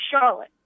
Charlotte